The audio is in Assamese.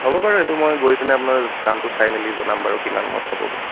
হ'ব বাৰু এইটো মই গৈপেনে আপোনাৰ কামটো চাই মেলি জনাম বাৰু কিমানত হ'বগৈ